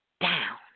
down